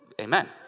Amen